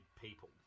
people